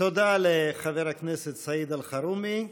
תודה לחבר הכנסת סעיד אלחרומי.